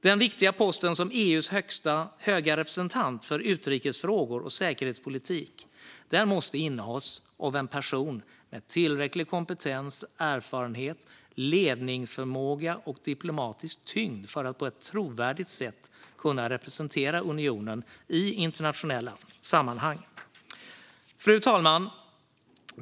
Den viktiga posten som EU:s höga representant för utrikesfrågor och säkerhetspolitik måste innehas av en person med tillräcklig kompetens, erfarenhet, ledningsförmåga och diplomatisk tyngd för att på ett trovärdigt sätt kunna representera unionen i internationella sammanhang. Fru talman!